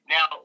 Now